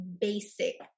basic